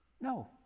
No